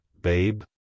babe